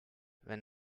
wenn